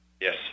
Yes